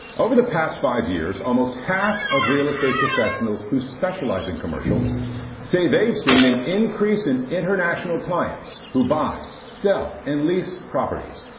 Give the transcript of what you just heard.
over the past five years, almost half of real estate professionals who specialize in commercial say they've seen an increase in international clients who buy, sell, and lease properties.